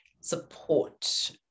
support